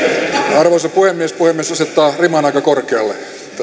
arvoisa puhemies puhemies asettaa riman aika korkealle